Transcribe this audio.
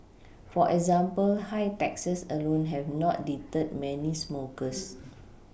for example high taxes alone have not deterred many smokers